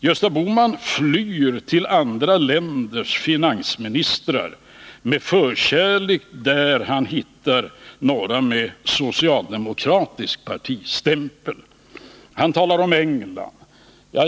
Gösta Bohman flyr till andra länders finansministrar, med förkärlek dit där han hittar sådana med socialdemokratisk partistämpel. Han talar bl.a. om England.